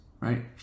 Right